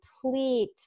complete